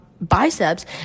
biceps